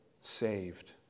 saved